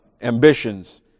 ambitions